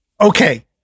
Okay